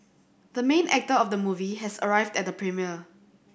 the main actor of the movie has arrived at the premiere